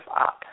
up